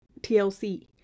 TLC